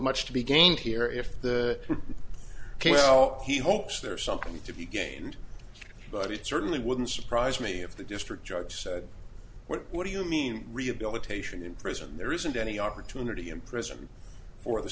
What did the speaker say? much to be gained here if the ok so he hopes there's something to be gained but it certainly wouldn't surprise me if the district judge said what do you mean rehabilitation in prison there isn't any opportunity in prison for the